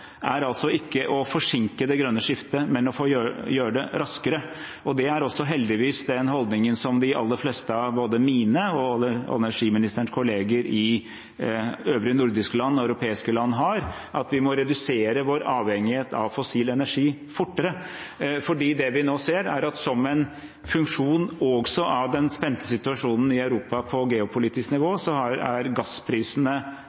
er altså ikke å forsinke det grønne skiftet, men å gjøre det raskere. Det er heldigvis også den holdningen de aller fleste av både mine og olje- og energiministerens kolleger i øvrige nordiske og europeiske land har. Vi må redusere vår avhengighet av fossil energi fortere, for det vi nå ser, er at som en funksjon også av den spente situasjonen i Europa på geopolitisk